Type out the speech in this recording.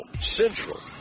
central